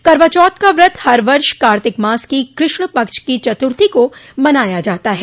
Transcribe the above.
करवाचौथ का व्रत हर वर्ष कार्तिक मास की कृष्णपक्ष की चतुर्थी को मनाया जाता है